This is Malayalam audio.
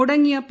മുടങ്ങിയ പി